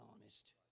honest